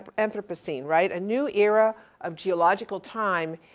um anthropocene, right? a new era of geological time,